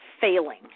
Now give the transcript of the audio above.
failing